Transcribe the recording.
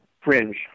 fringe